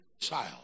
child